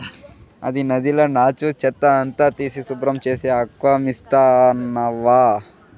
అది నదిల నాచు, చెత్త అంతా తీసి శుభ్రం చేసే ఆక్వామిసనవ్వా